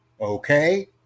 Okay